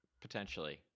Potentially